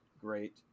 great